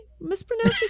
mispronouncing